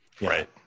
Right